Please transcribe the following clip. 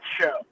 show